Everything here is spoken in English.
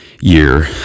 year